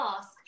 ask